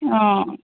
ಹಾಂ